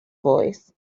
voice